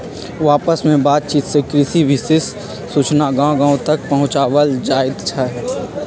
आपस में बात चित से कृषि विशेष सूचना गांव गांव तक पहुंचावल जाईथ हई